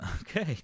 Okay